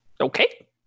Okay